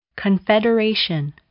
Confederation